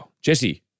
Jesse